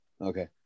Okay